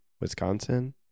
Wisconsin